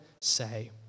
say